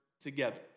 together